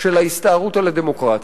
של ההסתערות על הדמוקרטיה.